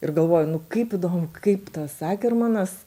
ir galvoju nu kaip įdomu kaip tas akermanas